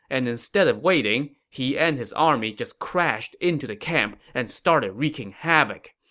and instead of waiting, he and his army just crashed into the camp and started wreaking havoc.